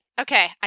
Okay